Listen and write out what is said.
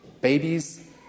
Babies